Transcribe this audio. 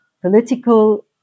political